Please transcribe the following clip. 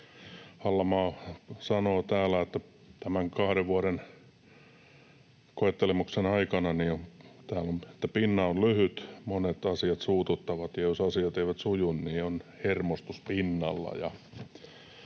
Hallamaa sanoo täällä, että tämän kahden vuoden koettelemuksen jälkeen ”pinna on lyhyt, monet asiat suututtavat ja jos asiat eivät suju, on hermostus pinnalla”.